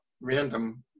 random